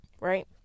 right